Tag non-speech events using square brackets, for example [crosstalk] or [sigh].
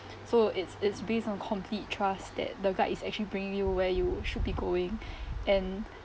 so it's it's based on complete trust that the guide is actually bringing you where you should be going [breath] and